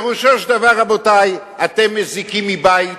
פירושו של דבר, רבותי: אתם מזיקים מבית,